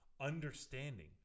understanding